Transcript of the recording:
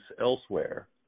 elsewhere